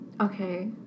Okay